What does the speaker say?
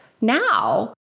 now